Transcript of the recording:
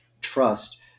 trust